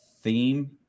theme